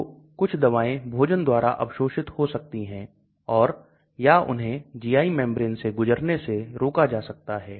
हम कुछ संरचनाएं बना सकते हैं और फिर हम यह कह सकते हैं कि यह घुलनशीलता है